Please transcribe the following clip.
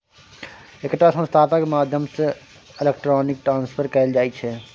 एकटा संस्थाक माध्यमसँ इलेक्ट्रॉनिक ट्रांसफर कएल जाइ छै